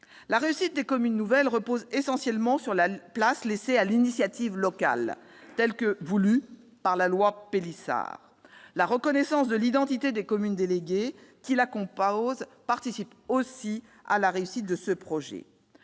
La réussite des communes nouvelles repose essentiellement sur la place laissée à l'initiative locale, comme cela a été voulu par la loi Pélissard. La reconnaissance de l'identité des communes déléguées qui composent la commune nouvelle participe aussi à la réussite du projet.